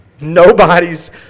Nobody's